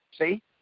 see